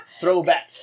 Throwback